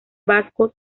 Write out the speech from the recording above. vasco